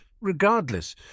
Regardless